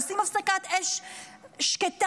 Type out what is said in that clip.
עושים הפסקת אש שקטה,